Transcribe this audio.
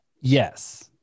Yes